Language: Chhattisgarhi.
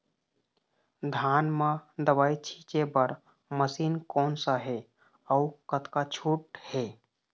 धान म दवई छींचे बर मशीन कोन सा हे अउ कतका छूट हे?